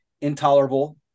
intolerable